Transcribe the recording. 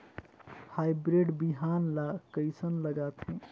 Hybrid बिहान ला कइसन लगाथे?